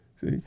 See